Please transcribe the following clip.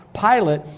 Pilate